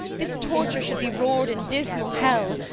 this torture should be roar'd in dismal hell.